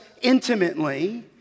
intimately